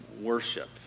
worship